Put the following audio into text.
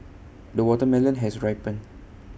the watermelon has ripened